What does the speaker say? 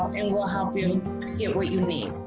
and we'll help you get what you need.